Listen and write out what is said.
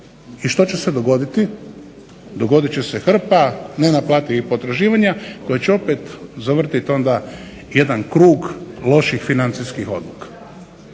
I što će se dogoditi, dogodit će se hrpa nenaplativih potraživanja koja će opet zavrtit onda jedan krug loših financijskih odluka.